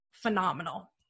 phenomenal